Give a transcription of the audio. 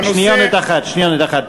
שניונת אחת.